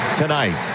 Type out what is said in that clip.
tonight